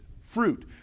fruit